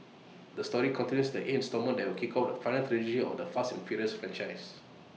the story continues in the eight instalment that will kick off the final trilogy of the fast and furious franchise